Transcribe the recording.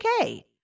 okay